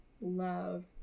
love